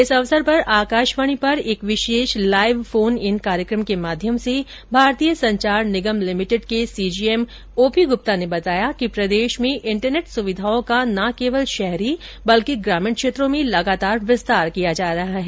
इस अवसर पर आकाशवाणी पर एक विशेष लाईव फोन इन कार्यक्रम के माध्यम से भारतीय संचार निगम लिमिटेड के सीजीएम ओ पी गुप्ता ने बताया कि प्रदेश में इंटरनेट सुविधाओं का ना केवल शहरी बल्कि ग्रामीण क्षेत्रों में लगातार विस्तार किया जा रहा है